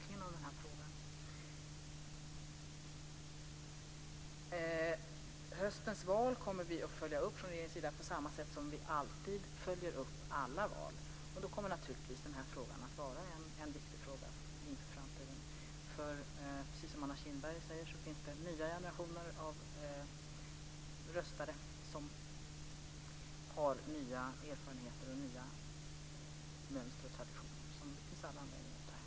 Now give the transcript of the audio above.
Vi från regeringen kommer att följa upp höstens val på samma sätt som vi alltid följer upp alla val. Då kommer naturligtvis den här frågan att vara viktig inför framtiden. Precis som Anna Kinberg säger finns det nya generationer av väljare som har andra erfarenheter och nya mönster och traditioner som det finns all anledning att ta hänsyn till.